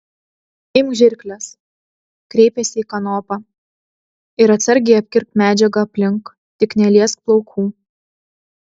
imk žirkles kreipėsi į kanopą ir atsargiai apkirpk medžiagą aplink tik neliesk plaukų